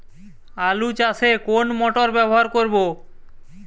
আলু চাষে কোন মোটর ব্যবহার করব?